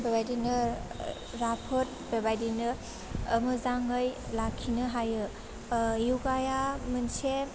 बे बायदिनो राफोद बे बायदिनो ओह मोजाङै लाखिनो हायो ओह यगाया मोनसे